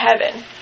heaven